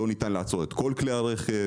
לא ניתן לעצור את כל כלי הרכב,